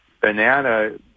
banana